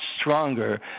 stronger